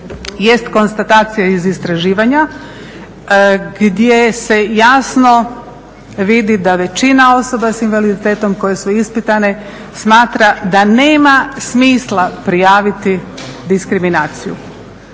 jest konstatacija iz istraživanja gdje se jasno vidi da većina osoba s invaliditetom koje su ispitane smatra da nema smisla prijaviti diskriminaciju.